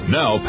Now